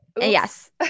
Yes